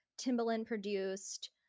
Timbaland-produced